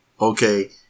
okay